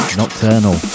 nocturnal